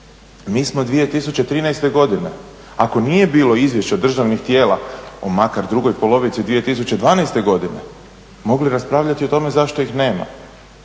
Mi smo 2013. godine ako nije bilo izvješća od državnih tijela o makar drugoj polovici 2012. godine mogli raspravljati o tome zašto ih nema.